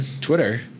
Twitter